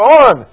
on